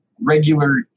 regular